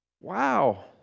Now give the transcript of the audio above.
Wow